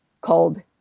called